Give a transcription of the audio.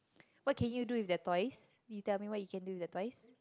what you can do with the toys you tell me what can you do with the toys